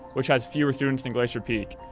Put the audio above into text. which has fewer students than glacier peak.